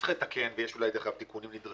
אם צריך לתקן ויש אולי תיקונים נדרשים